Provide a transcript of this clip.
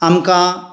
आमकां